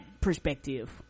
perspective